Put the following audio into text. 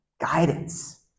guidance